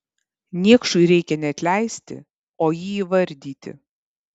niekšui reikia ne atleisti o jį įvardyti